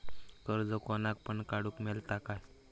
कर्ज कोणाक पण काडूक मेलता काय?